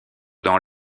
dans